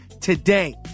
today